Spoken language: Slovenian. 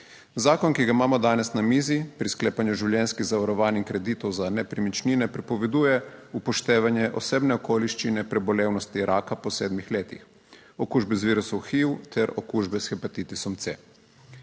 Zakon, ki ga imamo danes na mizi, pri sklepanju življenjskih zavarovanj in kreditov za nepremičnine prepoveduje upoštevanje osebne okoliščine prebolevnosti raka po sedmih letih, okužbe z virusom HIV ter okužbe s hepatitisom C.